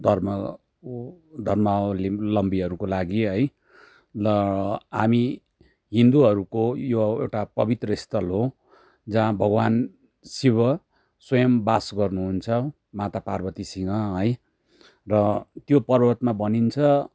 धर्मको धर्मावलम्बीहरूको लागि है र हामी हिन्दूहरूको यो एउटा पवित्र स्थल हो जहाँ भगवान् शिव स्वयं वास गर्नुहुन्छ माता पार्वतीसँग है र त्यो पर्वतमा भनिन्छ